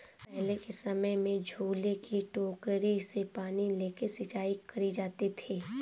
पहले के समय में झूले की टोकरी से पानी लेके सिंचाई करी जाती थी